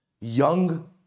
Young